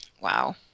Wow